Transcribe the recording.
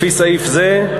לפי סעיף זה,